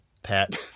pat